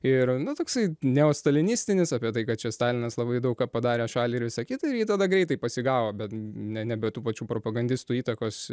ir nu toksai neostalinistinis apie tai kad čia stalinas labai daug ką padarė šaliai ir visa kita jį tada greitai pasigavo bet ne ne be tų pačių propagandistų įtakos